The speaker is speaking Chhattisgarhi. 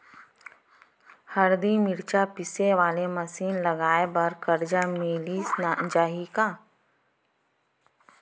हरदी, मिरचा पीसे वाले मशीन लगाए बर करजा मिलिस जाही का?